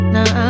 Now